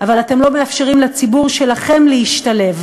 אבל אתם לא מאפשרים לציבור שלכם להשתלב